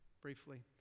briefly